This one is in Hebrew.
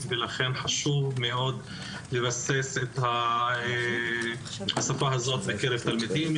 ולכן חשוב מאוד לבסס את השפה הזאת בקרב בתלמידים.